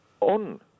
on